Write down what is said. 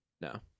no